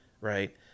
right